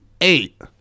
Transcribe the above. eight